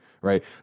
right